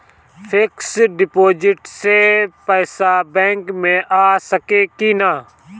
Fix deposit से पैसा bank मे आ सकी कि ना?